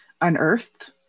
unearthed